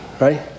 right